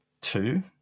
two